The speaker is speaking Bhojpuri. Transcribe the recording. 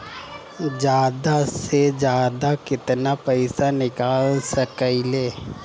जादा से जादा कितना पैसा निकाल सकईले?